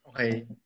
Okay